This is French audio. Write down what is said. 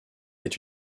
est